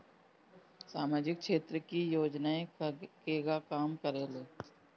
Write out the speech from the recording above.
सामाजिक क्षेत्र की योजनाएं केगा काम करेले?